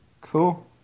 Cool